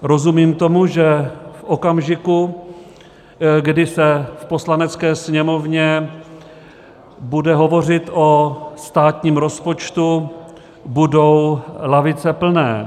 Rozumím tomu, že v okamžiku, kdy se v Poslanecké sněmovně bude hovořit o státním rozpočtu, budou lavice plné.